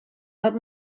but